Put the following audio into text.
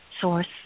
source